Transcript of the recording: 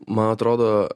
man atrodo